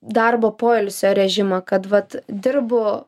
darbo poilsio režimą kad vat dirbu